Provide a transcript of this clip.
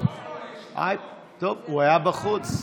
טוב, הוא היה בחוץ,